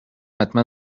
حتما